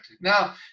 Now